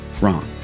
wrong